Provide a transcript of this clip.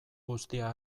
guztia